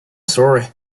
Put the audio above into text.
surrey